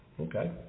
Okay